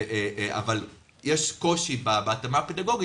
אבל יש קושי בהתאמה הפדגוגית,